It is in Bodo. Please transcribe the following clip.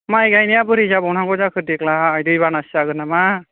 माय गायनाया बोरै जाबावनांगौ जाखो देग्लाइ दै बानासो जागोन नामा